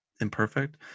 imperfect